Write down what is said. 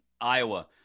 Iowa